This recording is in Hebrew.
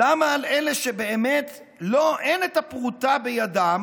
למה על אלה שבאמת אין הפרוטה בידם